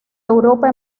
europa